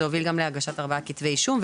זה הוביל גם להגשת אותם ארבעת כתבי האישום,